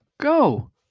Go